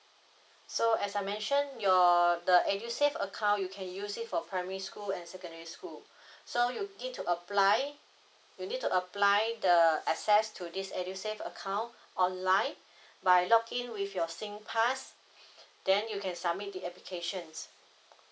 so as I mention your the edusave account you can use it for primary school and secondary school so you need to apply you need to apply the the access to this edusave account online by log in with your same pass then you can submit the applications